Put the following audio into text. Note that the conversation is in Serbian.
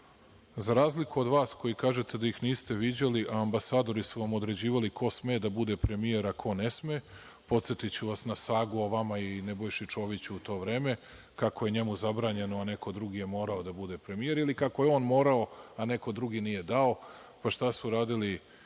razliku od vas koji kažete da ih niste viđali, a ambasadori su vam određivali ko sme da bude premijer, a ko ne sme, podsetiću vas na sagu o vama i Nebojši Čoviću u to vreme, kako je njemu zabranjeno, a neko drugi je morao da bude premijer, ili kako je on morao, a neko drugi nije dao, pa šta su radili